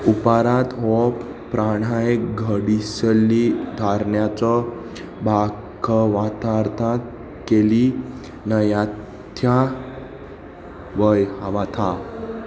उपारांत हो प्राणाय घडिसल्ली धारण्याचो भख वाथार्थ केली न्हयथ्या वय हवथा